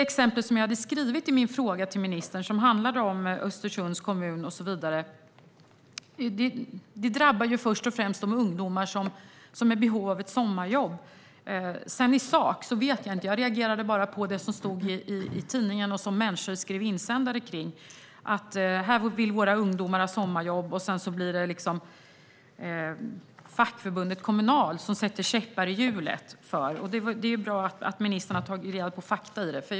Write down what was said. Exemplet i min fråga till ministern, det som handlar om Östersunds kommun och så vidare, drabbar först och främst de ungdomar som är i behov av ett sommarjobb. Hur det är i sak vet jag inte; jag bara reagerade på det som stod i tidningen och som människor skrev insändare om - att ungdomar vill ha sommarjobb samt att fackförbundet Kommunal sätter käppar i hjulet. Det är bra att ministern har tagit reda på fakta i frågan.